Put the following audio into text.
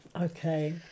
Okay